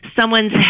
Someone's